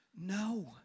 no